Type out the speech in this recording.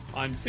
on